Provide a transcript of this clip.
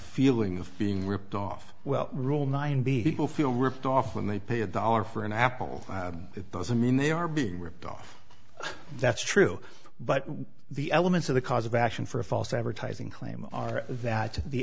feeling of being ripped off well rule nine b will feel ripped off when they pay a dollar for an apple it doesn't mean they are being ripped off that's true but the elements of the cause of action for a false advertising claim are that the